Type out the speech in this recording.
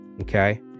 Okay